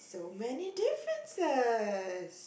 so many differences